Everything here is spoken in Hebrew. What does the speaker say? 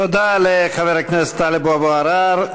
תודה לחבר הכנסת טלב אבו עראר.